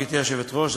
גברתי היושבת-ראש,